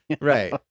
Right